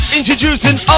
Introducing